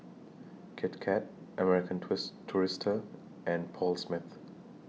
Kit Kat American tourist Tourister and Paul Smith